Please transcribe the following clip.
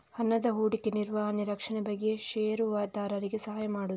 ಹಣದ ಹೂಡಿಕೆ, ನಿರ್ವಹಣೆ, ರಕ್ಷಣೆ ಬಗ್ಗೆ ಷೇರುದಾರರಿಗೆ ಸಹಾಯ ಮಾಡುದು